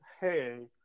hey